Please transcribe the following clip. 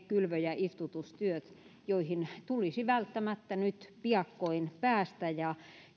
kylvö ja istutustyöt joihin tulisi välttämättä nyt piakkoin päästä ja